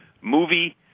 movie